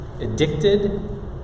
Addicted